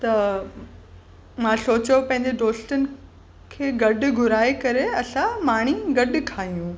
त मां सोचियो पंहिंजे दोस्तनि खे गॾु घुराइ करे असां माणी गॾु खायूं